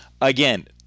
again